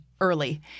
early